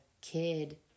kid